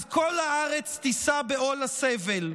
אז כל הארץ תישא בעול הסבל.